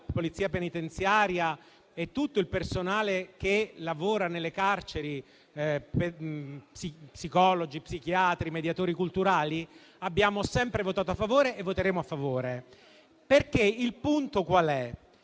della Polizia penitenziaria e per tutto il personale che lavora nelle carceri (psicologi, psichiatri o mediatori culturali), abbiamo sempre votato a favore e voteremo a favore. Non ci convince,